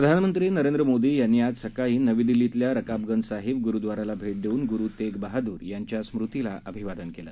प्रधानमंत्रीनरेंद्रमोदीयांनीआजसकाळीनवीदिल्लीतल्यारकाबगंजसाहिबगुरुद्वारालाभेटदेऊनगुरुतेगबहाद्रयांच्यास्मृतीलाअभिवा दनकेलं